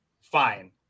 Fine